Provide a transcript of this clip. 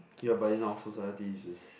ya but in our society it's just